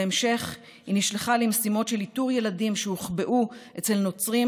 בהמשך היא נשלחה למשימות של איתור ילדים שהוחבאו אצל נוצרים